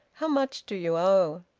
how much do you owe?